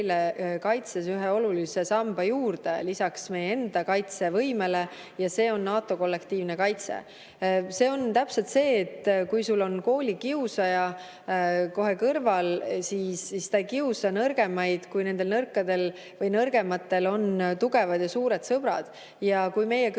kaitses ühe olulise samba juurde, lisaks meie enda kaitsevõimele, ja see on NATO kollektiivne kaitse. See on täpselt see, et kuigi koolikiusaja on kohe kõrval, ta ei kiusa nõrgemaid, kui nendel nõrgematel on tugevad ja suured sõbrad. Kui meie kõrval